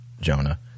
Jonah